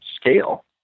scale